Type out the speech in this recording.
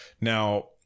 Now